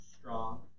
strong